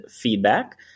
feedback